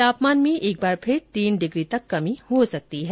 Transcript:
तापमान में एक बार फिर तीन डिग्री तक कमी हो सकती है